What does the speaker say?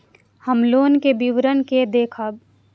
हम लोन के विवरण के देखब?